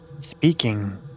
Speaking